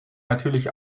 natürlich